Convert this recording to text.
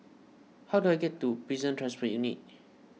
how do I get to Prison Transport Unit